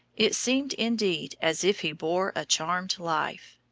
it seemed indeed, as if he bore a charmed life.